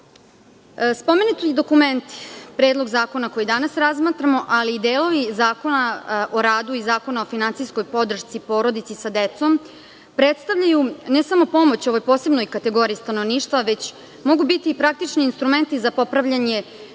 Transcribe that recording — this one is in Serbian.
Spomenuti dokument Predlog zakona koji danas razmatramo, ali i delovi Zakona o radu i Zakona o finansijskoj podršci i porodici sa decom, predstavljaju ne samo pomoć ovoj posebnoj kategoriji stanovništva već mogu biti i praktični instrumenti za popravljanje